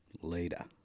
Later